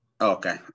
Okay